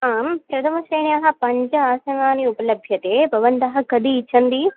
आं प्रथमश्रेण्यां पञ्च आसनानि उपलभ्यन्ते भवन्तः कति इच्छन्ति